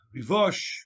rivosh